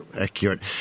accurate